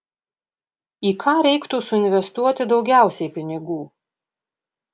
į ką reiktų suinvestuoti daugiausiai pinigų